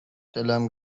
دلم